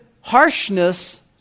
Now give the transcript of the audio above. harshness